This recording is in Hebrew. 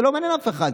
זה לא מעניין אף אחד,